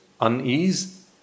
unease